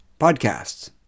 podcasts